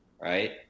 right